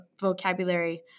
vocabulary